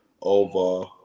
over